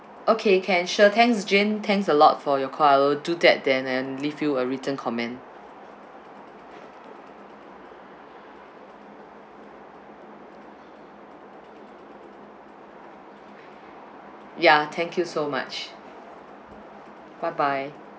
okay can sure thanks jane thanks a lot for your I'll do that then and leave you a written comment ya thank you so much bye bye